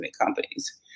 companies